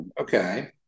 okay